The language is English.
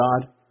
God